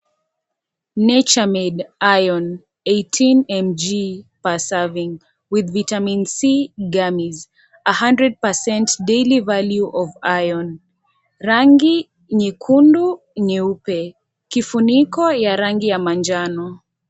Nature made iron 18mg per serving with vitamin c Garmin 100% daily value of iron . Rangi nyekundu, nyeupe. Kifuniko ya rangi ya manjano.